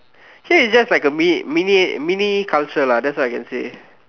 here it's just like a mini mini mini culture lah that's what I can say